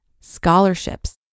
Scholarships